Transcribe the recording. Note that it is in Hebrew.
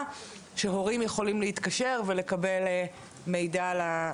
שהורים יכולים להתקשר ולקבל מידע ועזרה.